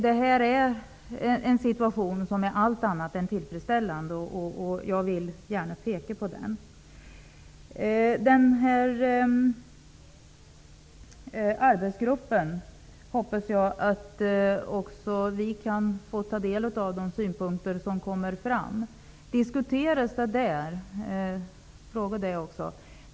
Det är en situation som är allt annat än tillfredsställande. Det vill jag gärna påpeka. Jag hoppas att också vi kan ta del av de synpunkter som arbetsgruppen kommer fram till.